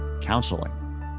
counseling